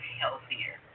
healthier